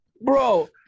bro